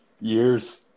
Years